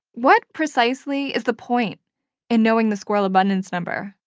what precisely is the point in knowing the squirrel abundance number?